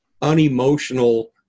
unemotional